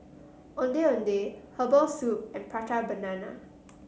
Ondeh Ondeh Herbal Soup and Prata Banana